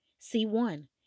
C1